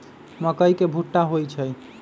मकई के भुट्टा होई छई